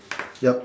yup